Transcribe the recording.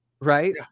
Right